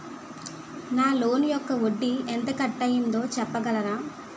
నా లోన్ యెక్క వడ్డీ ఎంత కట్ అయిందో చెప్పగలరా?